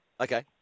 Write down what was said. okay